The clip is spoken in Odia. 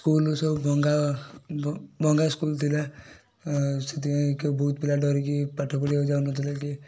ସ୍କୁଲ୍ ସବୁ ଭଙ୍ଗା ଭଙ୍ଗା ସ୍କୁଲ୍ ଥିଲା ସେଥିପାଇଁ ବହୁତ ପିଲା ଡରିକି ପାଠ ପଢ଼ିବା ପାଇଁ ଯାଉନଥିଲେ କେହି